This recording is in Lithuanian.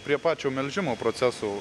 prie pačio melžimo proceso